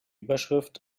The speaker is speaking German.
überschrift